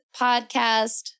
podcast